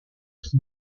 qui